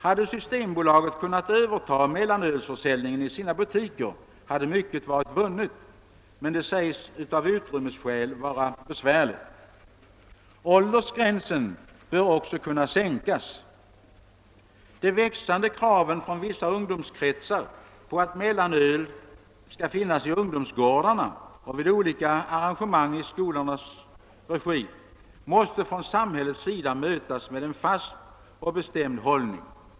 Hade Systembolaget kunnat överta mellanölsförsäljningen i sina butiker, hade mycket varit vunnet, men detta sägs vara besvärligt av utrymmesskäl. Åldersgränsen för inköp bör kunna höjas. De växande kraven från vissa ungdomskretsar på att mellanöl skall finnas i ungdomsgårdarna och vid olika arrangemang i skolorna måste från samhällets sida mötas med en fast och bestämd hållning.